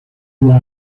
who